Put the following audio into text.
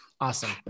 Awesome